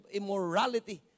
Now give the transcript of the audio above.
immorality